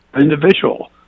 individual